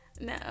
No